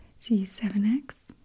G7X